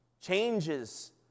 changes